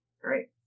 great